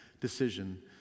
decision